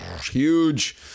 huge